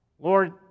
Lord